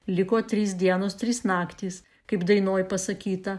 liko trys dienos trys naktys kaip dainoj pasakyta